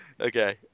okay